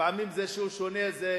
ולפעמים זה שהוא שונה, זה יתרון.